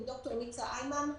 עם ד"ר ניצה היימן,